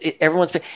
everyone's